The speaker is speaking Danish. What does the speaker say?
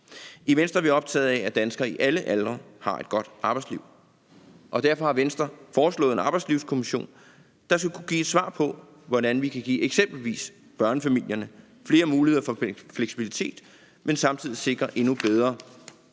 I Venstre er vi optaget af, at danskere i alle aldre har et godt arbejdsliv, og derfor har Venstre foreslået en arbejdslivskommission, der skal kunne give et svar på, hvordan vi kan give eksempelvis børnefamilierne flere muligheder for fleksibilitet, men samtidig sikrer endnu bedre